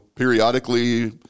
periodically